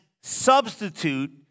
substitute